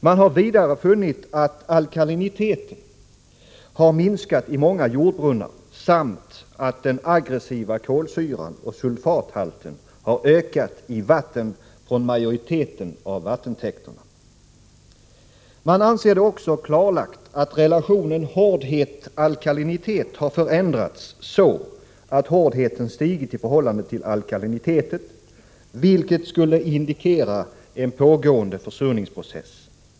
Man har vidare funnit att alkaliniteten har minskat i många jordbrunnar samt att den aggressiva kolsyran och sulfathalten har ökat i vatten från majoriteten av vattentäkterna. Man anser det också klarlagt att relationen mellan hårdheten och alkaliniteten har förändrats så att hårdheten stigit i förhållande till alkaliniteten, vilket skulle indikera en pågående försurnings process.